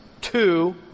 two